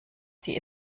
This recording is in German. sie